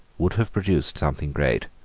would have produced something great.